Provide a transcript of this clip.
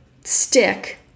stick